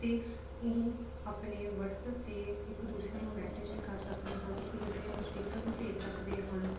ਅਤੇ ਉਹ ਆਪਣੇ ਵਟਸਐਪ 'ਤੇ ਇੱਕ ਦੂਸਰੇ ਨੂੰ ਮੈਸੇਜ ਵੀ ਕਰ ਸਕਦੇ ਹਨ ਇੱਕ ਦੂਸਰੇ ਨੂੰ ਸਟਿਕਰ ਵੀ ਭੇਜ ਸਕਦੇ ਹਨ